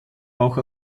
auch